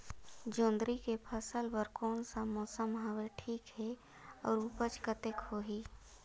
जोंदरी के फसल बर कोन सा मौसम हवे ठीक हे अउर ऊपज कतेक होही?